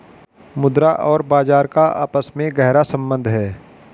मुद्रा और बाजार का आपस में गहरा सम्बन्ध है